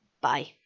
Bye